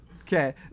Okay